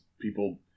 people